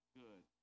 good